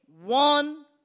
one